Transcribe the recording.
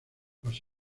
los